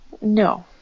No